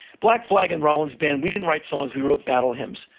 blag flag and rollins band, we didn't write songs, we wrote battle hymns.